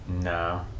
No